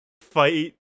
fight